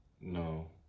No